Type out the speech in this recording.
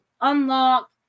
Unlock